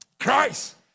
Christ